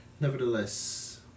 nevertheless